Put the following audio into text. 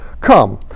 Come